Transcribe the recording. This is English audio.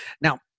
Now